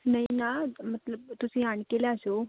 ਨਹੀਂ ਨਾ ਮਤਲਬ ਤੁਸੀਂ ਆਣ ਕੇ ਲੈ ਜਾਓ